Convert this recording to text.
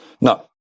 No